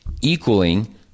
Equaling